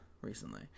recently